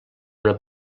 una